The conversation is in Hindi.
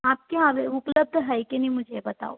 आपके यहाँ उपलब्ध है कि नहीं मुझे यह बताओ